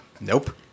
Nope